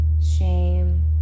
shame